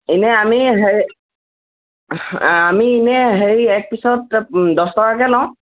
এনে আমি হে আমি এনে হেৰি এক পিছত দহ টকাকৈ লওঁ